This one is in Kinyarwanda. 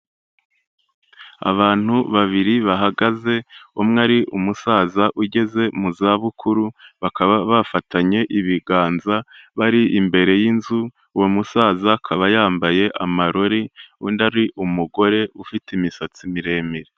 Abantu babiri bahagaze, umwe ari umusaza ugeze mu zabukuru, bakaba bafatanye ibiganza bari imbere y'inzu, uwo musaza akaba yambaye amarori, undi ari umugore ufite imisatsi miremire.